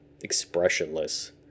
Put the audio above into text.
expressionless